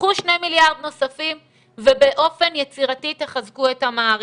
קחו שני מיליארד נוספים ובאופן יצירתי תחזקו את המערכת.